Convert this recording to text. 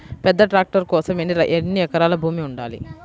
పెద్ద ట్రాక్టర్ కోసం ఎన్ని ఎకరాల భూమి ఉండాలి?